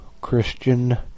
Christian